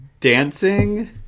Dancing